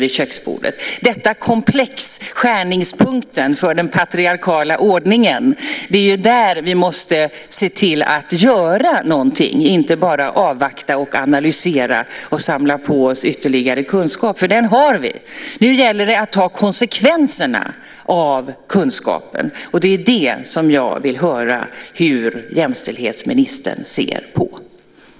Det är ju när det gäller detta komplex, skärningspunkten för den patriarkala ordningen, som vi måste se till att göra någonting. Vi ska inte bara avvakta och analysera och samla på oss ytterligare kunskap, för den har vi. Nu gäller det att ta konsekvenserna av kunskapen, och jag vill höra hur jämställdhetsministern ser på det.